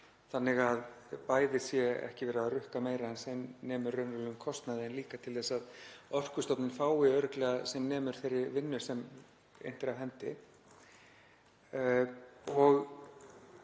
þannig að bæði sé ekki verið að rukka meira en sem nemur raunverulegum kostnaði og líka til að Orkustofnun fái örugglega sem nemur þeirri vinnu sem innt er af hendi.